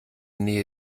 nähe